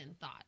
thought